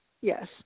yes